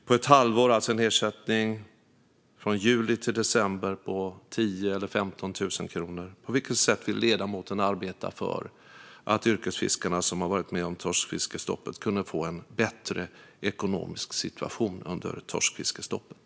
På ett halvår är det alltså en ersättning på 10 000 eller 15 000 kronor. På vilket sätt vill ledamoten arbeta för att de yrkesfiskare som har varit med om torskfiskestoppet ska få en bättre ekonomisk situation under stoppet?